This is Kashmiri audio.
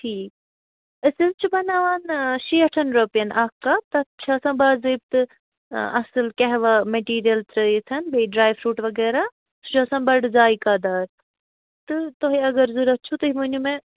ٹھیٖک أسۍ حظ چھِ بناون شیٹھن رۄپین اکھ کپ تَتھ چھِ آسان باضٲبطہٕ اصٕل کہوا میٹیٖرل ترٛٲیِتھ بیٚیہِ ڈرٛاے فروٗٹ وغیرہ سُہ چھُ آسان بڑٕ ذایقہ دار تہٕ تۄہہِ اگر ضوٚرَتھ چھُو تُہۍ ؤنِو مےٚ